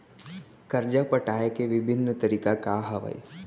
करजा पटाए के विभिन्न तरीका का हवे?